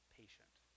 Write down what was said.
patient